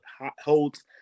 holds